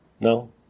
No